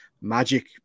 magic